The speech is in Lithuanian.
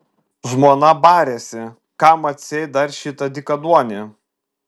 žmona barėsi kam atseit dar šitą dykaduonį